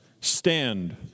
stand